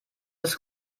ist